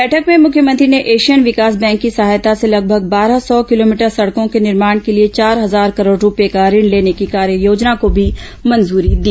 बैठक में मुख्यमंत्री ने एशियन विकास बैंक की सहायता से लगभग बारह सौ किलोमीटर सड़कों के निर्माण के लिए चार हजार करोड़ रूपये का ऋण लेने की कार्ययोजना को भी मंजूरी दी